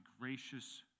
gracious